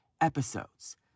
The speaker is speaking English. episodes